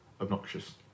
obnoxious